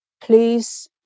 please